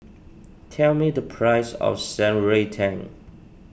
tell me the price of Shan Rui Tang